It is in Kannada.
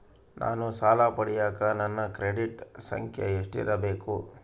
ನಾನು ಸಾಲ ಪಡಿಯಕ ನನ್ನ ಕ್ರೆಡಿಟ್ ಸಂಖ್ಯೆ ಎಷ್ಟಿರಬೇಕು?